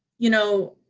you know,